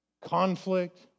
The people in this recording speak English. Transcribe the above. Conflict